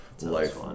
life